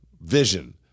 vision